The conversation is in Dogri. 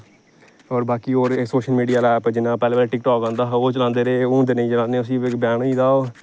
और बाकी ऐ सोशल मीडिया दा ऐप टिक टाॅक आंदा हा ओह् चलांदे रेह् हून ते नेईं चलान्ने उसी बैन होई गेदा ओह्